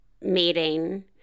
meeting